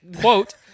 quote